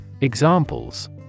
Examples